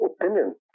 opinion